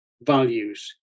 values